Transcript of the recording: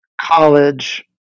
college